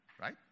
right